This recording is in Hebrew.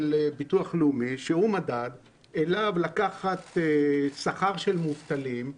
ביטוח לאומי ולהוסיף לו שכר של מובטלים,